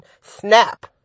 snap